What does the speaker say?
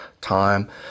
time